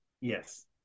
Yes